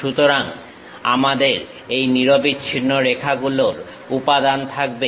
সুতরাং আমাদের এই নিরবিচ্ছিন্ন রেখাগুলোর উপাদান থাকবে